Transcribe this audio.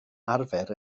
arfer